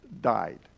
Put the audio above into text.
died